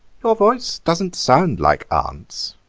your voice doesn't sound like aunt's,